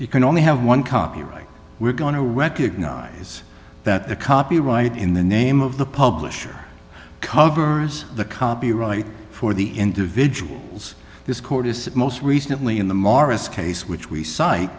you can only have one copyright we're going to recognize that the copyright in the name of the publisher covers the copyright for the individuals this court is most recently in the morris case which we cite